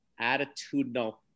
attitudinal